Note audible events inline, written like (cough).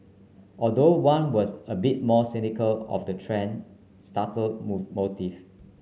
although one was a bit more cynical of the thread starter (unintelligible) motive